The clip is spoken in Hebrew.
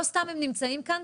לא סתם הם נמצאים כאן,